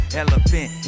elephant